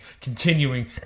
continuing